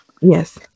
Yes